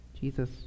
Jesus